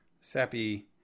sappy